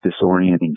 disorienting